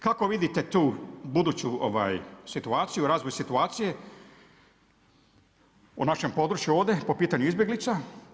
Kako vidite tu buduću situaciju, razvoj situacije u našem području ovdje po pitanju izbjeglica?